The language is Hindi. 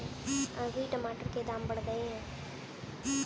अभी टमाटर के दाम बढ़ गए